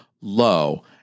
low